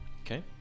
Okay